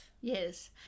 yes